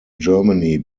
germany